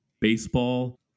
baseball